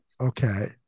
okay